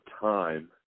time